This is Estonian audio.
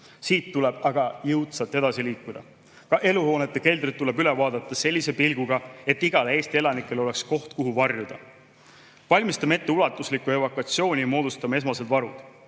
Siit tuleb aga jõudsalt edasi liikuda. Ka eluhoonete keldrid tuleb üle vaadata sellise pilguga, et igal Eesti elanikul oleks koht, kuhu varjuda. Valmistame ette ulatuslikku evakuatsiooni, moodustame esmased varud.